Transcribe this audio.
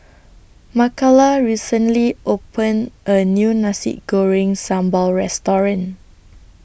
Makala recently opened A New Nasi Goreng Sambal Restaurant